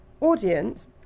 audience